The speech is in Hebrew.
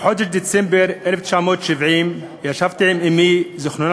בחודש דצמבר 1970 ישבתי עם אמי זיכרונה